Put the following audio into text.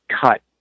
cut